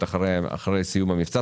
ו-48 אחרי סיום המבצע.